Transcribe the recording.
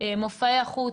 מופעי החוץ,